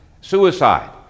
suicide